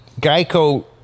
Geico